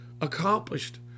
accomplished